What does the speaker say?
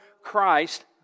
Christ